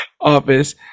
office